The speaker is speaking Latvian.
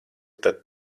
tad